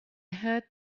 heard